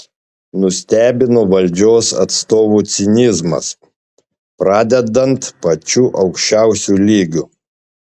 nustebino valdžios atstovų cinizmas pradedant pačiu aukščiausiu lygiu